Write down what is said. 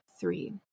three